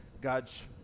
God's